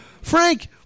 Frank